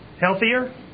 healthier